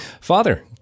Father